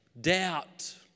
doubt